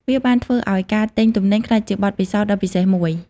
វាបានធ្វើឱ្យការទិញទំនិញក្លាយជាបទពិសោធន៍ដ៏ពិសេសមួយ។